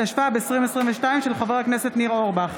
התשפ"ב 2022, של חבר הכנסת ניר אורבך,